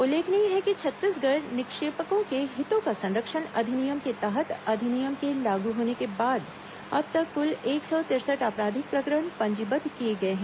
उल्लेखनीय है कि छत्तीसगढ़ निक्षेपकों के हितों का संरक्षण अधिनियम के तहत अधिनियम के लागू होने के बाद अब तक कुल एक सौ तिरसठ आपराधिक प्रकरण पंजीबद्व किये गये हैं